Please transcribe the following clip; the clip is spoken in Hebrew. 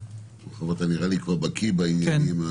אתה נראה לי כבר בקיא בעניינים,